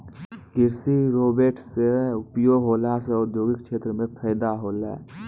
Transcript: कृषि रोवेट से उपयोग होला से औद्योगिक क्षेत्र मे फैदा होलै